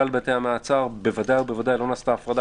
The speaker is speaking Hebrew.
כלל בתי המעצר בוודאי ובוודאי לא נעשתה הפרדה.